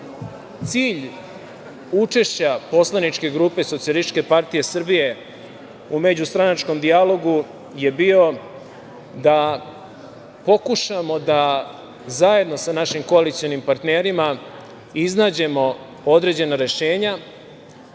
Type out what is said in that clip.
cilj učešća poslaničke grupe SPS u međustranačkom dijalogu je bio da pokušamo da zajedno sa našim koalicionim partnerima iznađemo određena rešenja,